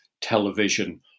television